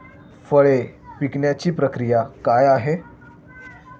फळे पिकण्याची प्रक्रिया काय आहे?